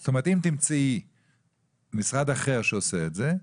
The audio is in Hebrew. זאת אומרת, אם תמצאי משרד אחר שעושה את זה,